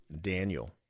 Daniel